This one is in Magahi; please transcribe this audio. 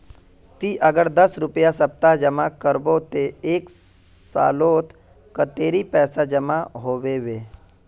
ती अगर दस रुपया सप्ताह जमा करबो ते एक सालोत कतेरी पैसा जमा होबे बे?